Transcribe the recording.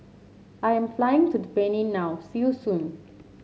I'm flying to the Benin now see you soon